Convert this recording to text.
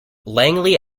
langley